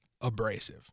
abrasive